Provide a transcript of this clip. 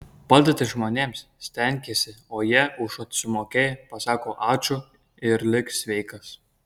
padedi žmonėms stengiesi o jie užuot sumokėję pasako ačiū ir lik sveikas